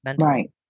right